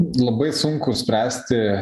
labai sunku spręsti